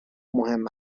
مهم